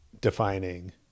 defining